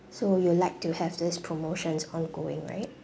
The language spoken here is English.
so you would like to have this promotions ongoing right